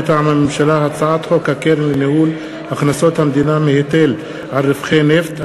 מטעם הממשלה: הצעת חוק הקרן לניהול הכנסות המדינה מהיטל על רווחי נפט,